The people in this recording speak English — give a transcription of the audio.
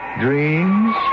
dreams